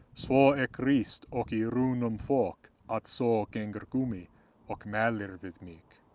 sva ek rist ok i runum fa'k, at sa gengr gumi ok maelir vid mik